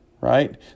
right